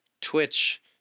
Twitch